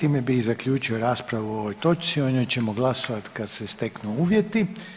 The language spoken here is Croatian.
Time bih zaključio raspravu o ovoj točci o njoj ćemo glasovat kad se steknu uvjeti.